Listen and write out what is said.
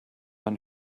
man